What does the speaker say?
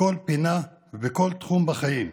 בכל פינה ובכל תחום בחיים.